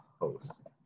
host